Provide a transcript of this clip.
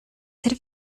ser